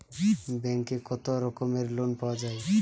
ব্যাঙ্কে কত রকমের লোন পাওয়া য়ায়?